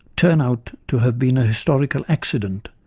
turn out to have been a historical accident,